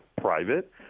private